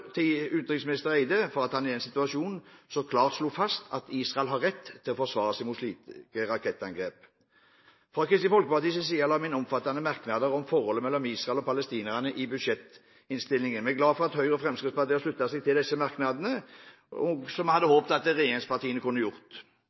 til utenriksminister Barth Eide for at han i den situasjonen så klart slo fast at Israel har rett til å forsvare seg mot slike rakettangrep. Fra Kristelig Folkeparti sin side la vi inn omfattende merknader om forholdet mellom Israel og palestinerne i budsjettinnstillingen. Vi er glade for at Høyre og Fremskrittspartiet har sluttet seg til disse merknadene, som vi hadde håpet at regjeringspartiene også kunne gjort.